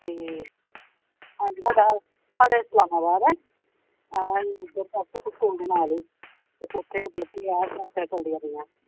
ਅਤੇ ਹਾਂਜੀ ਸਾਡਾ ਸਾਡਾ ਇਸਲਾਮਾਬਾਦ ਹੈ ਦੇ ਨਾਲ ਏ ਅਤੇ ਉੱਥੇ ਮਤਲਬ ਕਿ